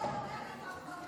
המאבק בטרור